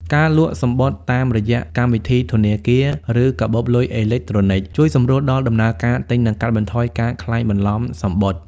ការលក់សំបុត្រតាមរយៈកម្មវិធីធនាគារ ឬកាបូបលុយអេឡិចត្រូនិក ជួយសម្រួលដល់ដំណើរការទិញ និងកាត់បន្ថយការក្លែងបន្លំសំបុត្រ។